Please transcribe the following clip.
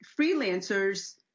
freelancers